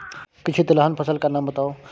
किसी तिलहन फसल का नाम बताओ